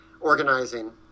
organizing